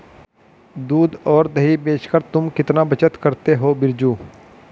दूध और दही बेचकर तुम कितना बचत करते हो बिरजू?